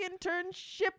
internship